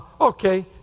Okay